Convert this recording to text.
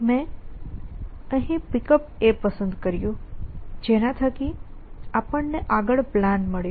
મેં અહીં Pickup પસંદ કર્યું જેના થકી આપણને આગળ પ્લાન મળ્યો